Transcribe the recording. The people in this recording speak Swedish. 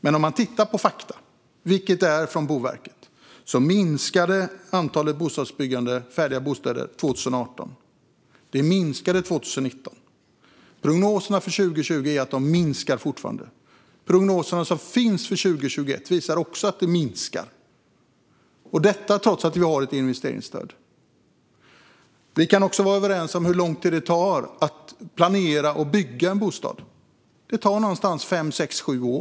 Men om man tittar på fakta från Boverket ser man att bostadsbyggandet och antalet färdiga bostäder minskade 2018 och 2019. Prognoserna för 2020 är att de fortsätter att minska. De prognoser som finns för 2021 visar också att de minskar, detta trots att vi har ett investeringsstöd. Vi kan också vara överens om hur lång tid det tar att planera och bygga en bostad. Det tar mellan fem och sju år.